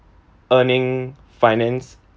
earning finance